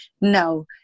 no